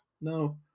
No